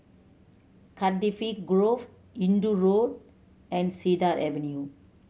Cardifi Grove Hindoo Road and Cedar Avenue